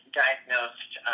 diagnosed